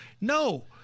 No